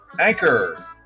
anchor